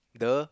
the